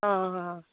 ହଁ ହଁ